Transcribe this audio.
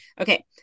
okay